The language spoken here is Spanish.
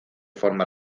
forma